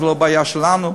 זו לא בעיה שלנו.